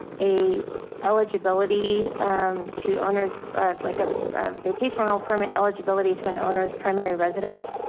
a eligibility to owners of like a vacation rental permit eligibility to an owner's primary residence,